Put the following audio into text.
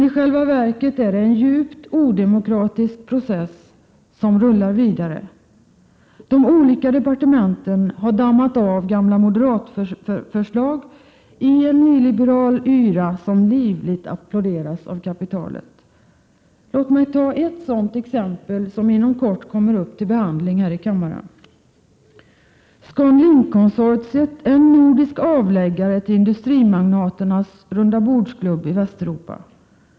I själva verket är det en djupt odemokratisk process som rullar vidare. De olika departementen har dammat av gamla moderatförslag i en nyliberal yra som livligt applåderas av kapitalet. Låt mig ta ett sådant exempel, som inom kort kommer upp till behandling här i kammaren: ScanLink-konsortiet är en nordisk avläggare till industrimagnaternas rundabordsklubb i Västeuropa.